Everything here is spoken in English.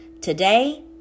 Today